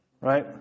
right